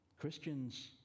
Christians